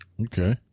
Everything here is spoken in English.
okay